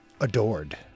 adored